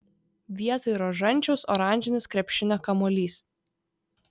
vietoj rožančiaus oranžinis krepšinio kamuolys